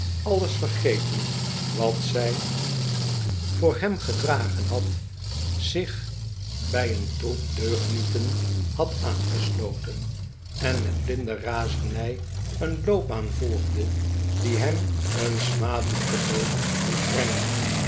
alles vergetend wat zij voor hem gedragen had zich bij een troep deugnieten had aangesloten en met blinde razernij een loopbaan volgde die hem een smadelijken dood moest brengen